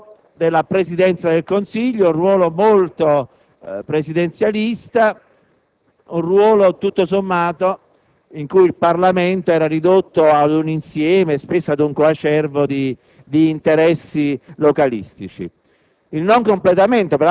un ruolo della Presidenza del Consiglio dei ministri molto presidenzialista, un ruolo in cui il Parlamento era ridotto a un insieme e, spesso, a un coacervo di interessi localistici.